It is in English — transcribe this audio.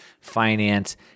finance